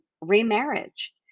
remarriage